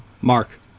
Mark